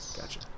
Gotcha